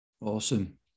Awesome